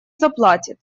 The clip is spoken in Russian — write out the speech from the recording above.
заплатит